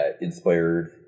inspired